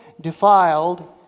defiled